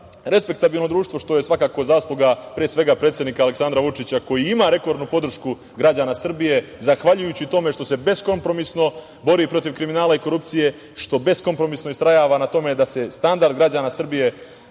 respektabilno društvo, što je svakako zasluga pre svega predsednika Aleksandra Vučića koji ima rekordnu podršku građana Srbije, zahvaljujući tome što se beskompromisno bori protiv kriminala i korupcije, što beskompromisno istrajava na tome da se standard građana Srbije